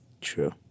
true